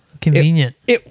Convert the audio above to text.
Convenient